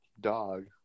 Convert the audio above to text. dog